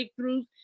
breakthroughs